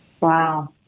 Wow